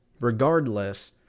Regardless